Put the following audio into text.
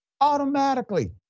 automatically